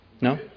No